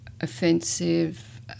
offensive